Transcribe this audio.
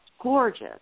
gorgeous